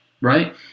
right